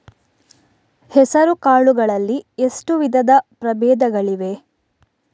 ಹೆಸರುಕಾಳು ಗಳಲ್ಲಿ ಎಷ್ಟು ವಿಧದ ಪ್ರಬೇಧಗಳಿವೆ?